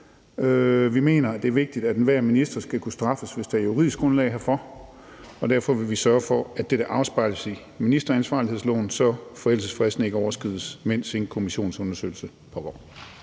Vi mener, det er vigtigt, at enhver minister skal kunne straffes, hvis der er juridisk grundlag herfor, og derfor vil vi sørge for, at dette afspejles i ministeransvarlighedsloven, så forældelsesfristen ikke overskrides, mens en kommissionsundersøgelse pågår.